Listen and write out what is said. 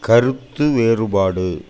கருத்து வேறுபாடு